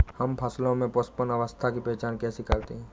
हम फसलों में पुष्पन अवस्था की पहचान कैसे करते हैं?